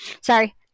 Sorry